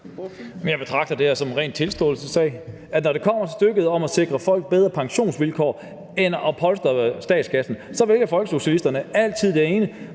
Jeg betragter det her som en ren tilståelsessag, altså at når det kommer til stykket i forhold til at sikre folk bedre pensionsvilkår, mere end at polstre statskassen, så vælger folkesocialisterne altid det ene,